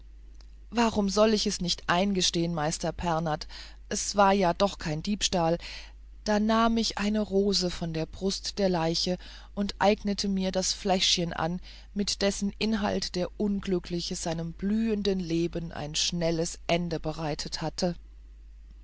warum soll ich es nicht eingestehen meister pernath es war ja doch kein diebstahl da nahm ich eine rose von der brust der leiche und eignete mir das fläschchen an mit dessen inhalt der unglückliche seinem blühenden leben ein schnelles ende bereitet hatte